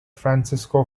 francisco